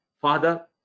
Father